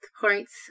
points